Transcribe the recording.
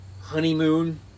honeymoon